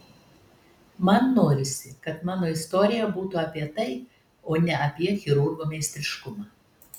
man norisi kad mano istorija būtų apie tai o ne apie chirurgo meistriškumą